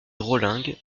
drolling